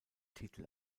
titel